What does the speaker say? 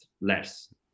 less